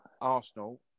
Arsenal